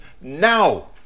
now